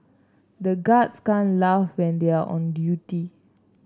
the guards can't laugh when they are on duty